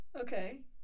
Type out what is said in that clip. Okay